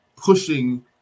pushing